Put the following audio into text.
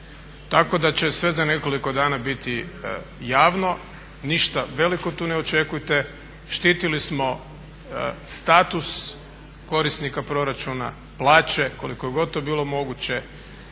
Tako da će sve za nekoliko dana biti javno, ništa veliko tu ne očekujte. Štitili smo status korisnika proračuna, plaće koliko je to god bilo moguće